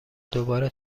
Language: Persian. دوباره